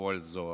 ובפועל זו